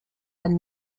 are